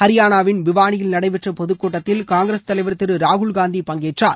அரியானாவின் பிவானியில் நடைபெற்ற பொதுக்கூட்டத்தில் காங்கிரஸ் தலைவர் திரு ராகுல்காந்தி பங்கேற்றார்